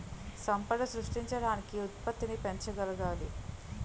సంపద సృష్టించడానికి ఉత్పత్తిని పెంచగలగాలి